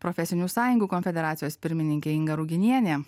profesinių sąjungų konfederacijos pirmininkė inga ruginienė